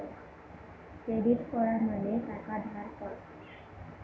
credit করা মানে টাকা ধার করা